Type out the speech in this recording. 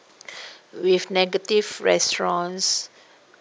with negative restaurants